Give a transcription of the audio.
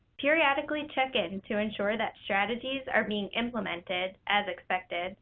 periodically check in to ensure that strategies are being implemented as expected